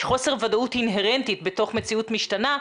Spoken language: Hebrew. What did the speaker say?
חוסר ודאות אינהרנטית בתוך מציאות משתנה.